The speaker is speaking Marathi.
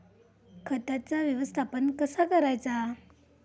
खताचा व्यवस्थापन कसा करायचा?